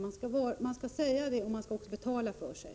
Man skall tala om att det kostar, och man skall också betala för sig.